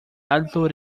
alto